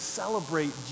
celebrate